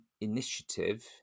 initiative